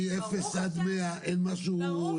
מאפס עד 100 אין משהו באמצע?